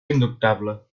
indubtable